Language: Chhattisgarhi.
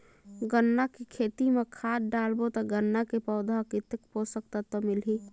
गन्ना के खेती मां खाद डालबो ता गन्ना के पौधा कितन पोषक तत्व मिलही?